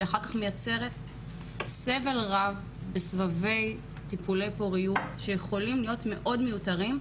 שאחר כך מייצרת סבל רב בסבבי טיפולי פוריות שיכולים להיות מאוד מיותרים,